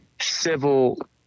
civil